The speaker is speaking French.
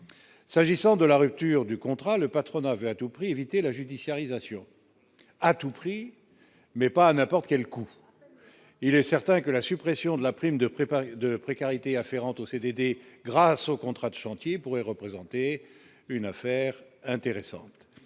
s'agissant de la rupture du contrat, le patronat veut à tout prix éviter la judiciarisation à tout prix mais pas à n'importe quel coût, il est certain que la suppression de la prime de préparer de précarité afférentes aux CDD grâce au contrat de chantier pourrait représenter une affaire intéressante,